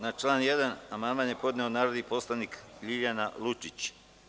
Na član 1. amandman je podnela narodni poslanik Ljiljana Lučić.